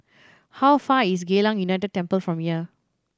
how far away is Geylang United Temple from here